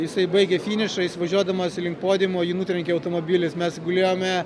jisai baigė finišą jis važiuodamas link podiumo jį nutrenkė automobilis mes gulėjome